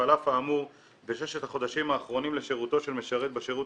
'על אף האמור בששת החודשים האחרונים לשירותו של משרת בשירות